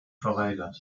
verweigert